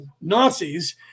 Nazis